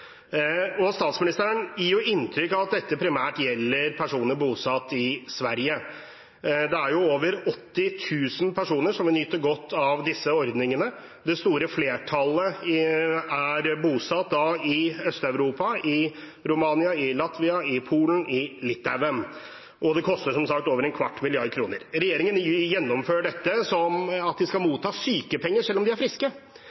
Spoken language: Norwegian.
Statsministeren gir inntrykk av at dette primært gjelder personer bosatt i Sverige. Det er over 80 000 personer som nyter godt av disse ordningene. Det store flertallet er bosatt i Øst-Europa – i Romania, i Latvia, i Polen, i Litauen – og det koster som sagt over en kvart milliard kroner. Regjeringen gjennomfører dette slik at de skal